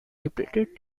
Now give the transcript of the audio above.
depleted